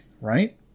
right